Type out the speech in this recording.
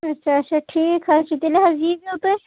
اچھَا اچھَا ٹھیٖک حَظ چھُ تیٚلہِ حظ ییی زیوٚ تُہۍ